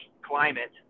climate